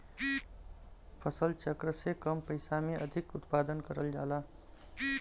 फसल चक्र से कम पइसा में अधिक उत्पादन करल जाला